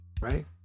right